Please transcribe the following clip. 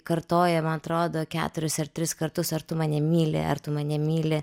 kartoja man atrodo keturis ar tris kartus ar tu mane myli ar tu mane myli